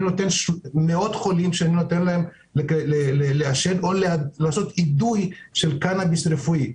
אני נותן למאות חולים לעשן או לאדות קנאביס רפואי.